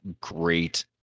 great